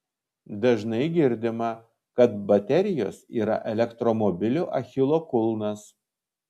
dažnai girdima kad baterijos yra elektromobilių achilo kulnas